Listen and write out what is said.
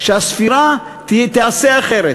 שהספירה תיעשה אחרת,